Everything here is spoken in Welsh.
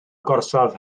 gorsaf